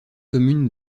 commune